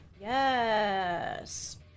Yes